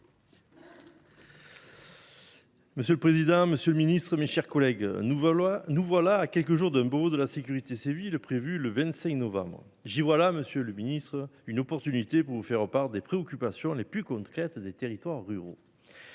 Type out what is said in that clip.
Monsieur le président, monsieur le ministre, mes chers collègues, nous voilà à quelques jours d’une relance du Beauvau de la sécurité civile, prévue le 25 novembre prochain. J’y vois, monsieur le ministre, l’occasion de vous faire part des préoccupations les plus concrètes des territoires ruraux.